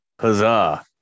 Huzzah